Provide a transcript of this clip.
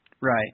Right